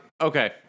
Okay